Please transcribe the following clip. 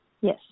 Yes